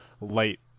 Light